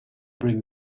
bring